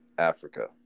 Africa